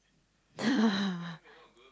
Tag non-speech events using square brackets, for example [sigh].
[laughs]